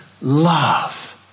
love